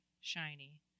shiny